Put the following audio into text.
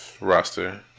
roster